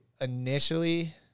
initially